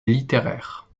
littéraire